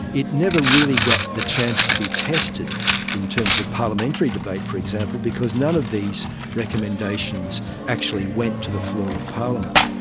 it never really got the chance to be tested in terms of parliamentary debate, for example, because none of these recommendations actually went to the floor of parliament.